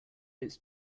its